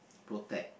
protect